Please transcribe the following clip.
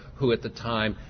who at the time,